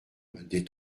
des